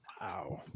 Wow